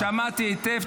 שמעתי היטב.